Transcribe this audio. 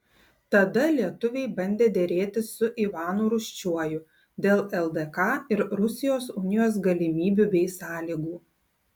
tada lietuviai bandė derėtis su ivanu rūsčiuoju dėl ldk ir rusijos unijos galimybių bei sąlygų